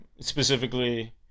Specifically